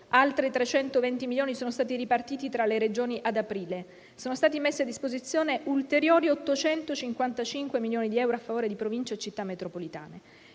altri 320 milioni sono stati ripartiti tra le Regioni ad aprile; sono stati messi a disposizione ulteriori 855 milioni di euro a favore di Province e Città metropolitane.